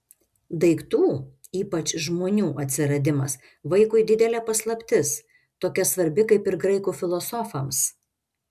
daiktų ypač žmonių atsiradimas vaikui didelė paslaptis tokia svarbi kaip ir graikų filosofams